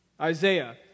Isaiah